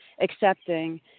accepting